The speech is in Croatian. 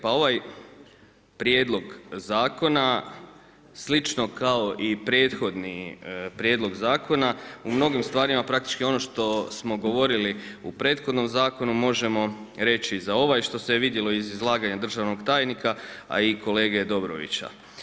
Pa ovaj Prijedlog zakona slično kao i prethodni prijedlog zakona u mnogim stvarima praktički ono što smo govorili u prethodnom zakonu možemo reći za ovaj, što se vidjelo i iz izlaganja državnog tajnika, a i kolege Dobrovića.